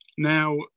Now